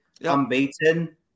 unbeaten